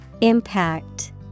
Impact